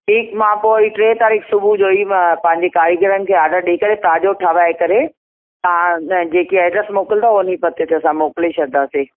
ठीकु मां पोइ वरी टे तारीख़ सुबुह जो ई मां पंहिंजे कारीगरनि खे आर्डर ॾेई करे ताज़ो ठहाराए करे तव्हां जेकी एड्रेस मोकिलदव उन ई पते ते असां मोकिले छॾींदासीं